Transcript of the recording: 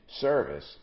service